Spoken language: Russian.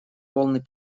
полный